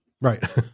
right